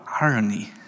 irony